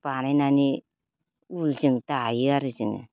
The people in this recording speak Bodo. बानायनानै ऊलजों दायो आरो जोङो